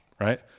right